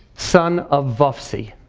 son of vophsi.